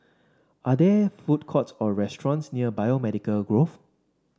are there food courts or restaurants near Biomedical Grove